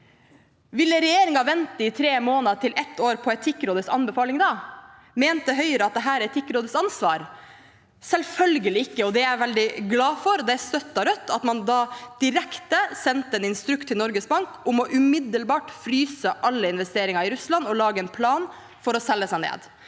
Ville regjeringen vente fra tre måneder til ett år på Etikkrådets anbefaling da? Mente Høyre at dette er Etikkrådets ansvar? Selvfølgelig ikke, og det er jeg veldig glad for. Rødt støttet at man da direkte sendte en in struks til Norges Bank om umiddelbart å fryse alle investeringer i Russland og lage en plan for å selge seg ned.